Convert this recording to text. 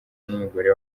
n’umugore